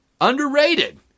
underrated